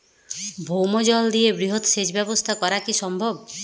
ভৌমজল দিয়ে বৃহৎ সেচ ব্যবস্থা করা কি সম্ভব?